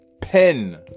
pen